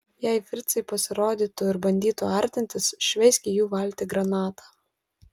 jei fricai pasirodytų ir bandytų artintis šveisk į jų valtį granatą